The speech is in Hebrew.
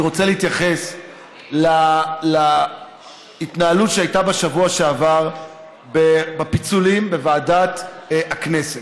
אני רוצה להתייחס להתנהלות שהייתה בשבוע שעבר בפיצולים בוועדת הכנסת.